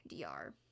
DR